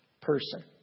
person